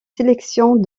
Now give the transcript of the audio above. sélections